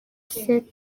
seth